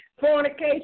fornication